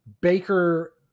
Baker